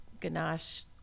ganache